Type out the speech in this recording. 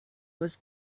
was